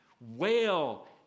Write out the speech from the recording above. wail